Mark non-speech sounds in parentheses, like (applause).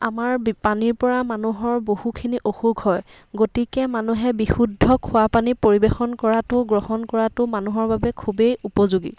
আমাৰ (unintelligible) পানীৰ পৰা মানুহৰ বহুখিনি অসুখ হয় গতিকে মানুহে বিশুদ্ধ খোৱা পানী পৰিৱেশন কৰাটো গ্ৰহণ কৰাটো মানুহৰ বাবে খুবেই উপযোগী